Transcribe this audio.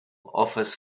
offers